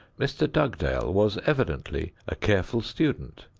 mr. dugdale was evidently a careful student,